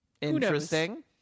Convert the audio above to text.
Interesting